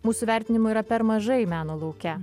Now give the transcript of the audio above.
mūsų vertinimu yra per mažai meno lauke